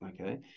Okay